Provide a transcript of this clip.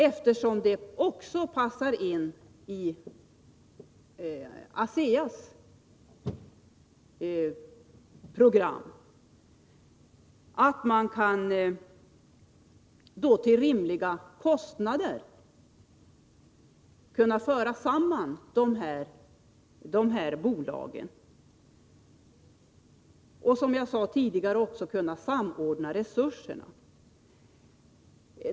Eftersom det också passar in i ASEA:s program, har vi sett det såsom fördelaktigt att man till rimliga kostnader kan föra samman dessa bolag och, som jag sade tidigare, även samordna resurserna.